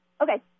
Okay